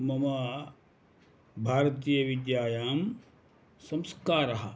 मम भारतीयविद्यायां संस्कारः